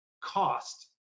cost